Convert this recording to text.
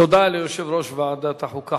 תודה ליושב-ראש ועדת החוקה,